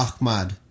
Ahmad